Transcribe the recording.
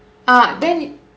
ah then